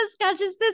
consciousness